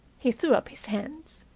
he threw up his hands.